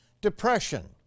depression